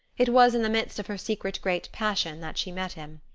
it was in the midst of her secret great passion that she met him.